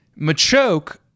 Machoke